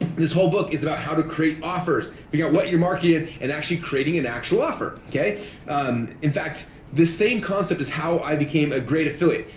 this whole book is about how to create offers. figure out what you're marketing and actually creating an actual offer. in fact the same concept is how i became a great affiliate.